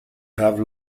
have